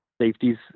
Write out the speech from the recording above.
safeties